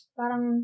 parang